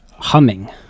humming